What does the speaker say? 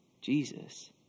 Jesus